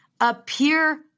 appear